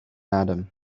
adam